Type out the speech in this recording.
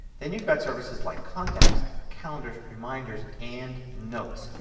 then you've got services like contacts, calendars, reminders, and notes.